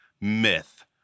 myth